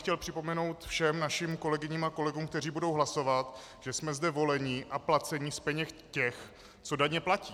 Chtěl bych připomenout všem našim kolegyním a kolegům, kteří budou hlasovat, že jsme zde voleni a placeni z peněz těch, co daně platí.